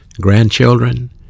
grandchildren